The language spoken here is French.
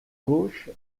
gauche